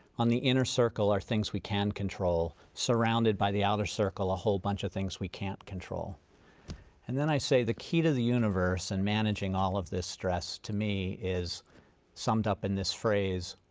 on the inner circle are things we can control surrounded by the outer circle a whole bunch of things we can't control and then i say the key to the universe and managing all of this stress to me is summed up in this phrase,